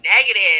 negative